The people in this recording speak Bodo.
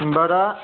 होनबा दा